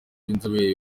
b’inzobere